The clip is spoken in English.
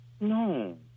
No